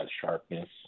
sharpness